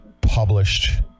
published